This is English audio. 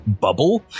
bubble